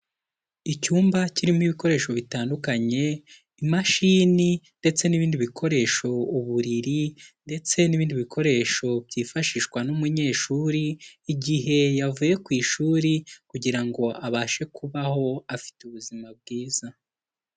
Icyumba kirimo ibikoresho bitandukanye, imashini ndetse n'ibindi bikoresho, uburiri ndetse n'ibindi bikoresho byifashishwa n'umunyeshuri igihe yavuye ku ishuri, kugira ngo abashe kubaho afite ubuzima bwiza.